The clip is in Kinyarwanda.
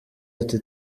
ati